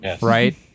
right